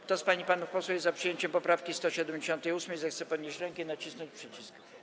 Kto z pań i panów posłów jest za przyjęciem poprawki 178., zechce podnieść rękę i nacisnąć przycisk.